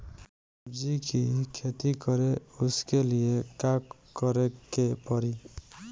सब्जी की खेती करें उसके लिए का करिके पड़ी?